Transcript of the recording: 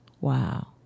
Wow